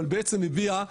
אבל בעצם הביע,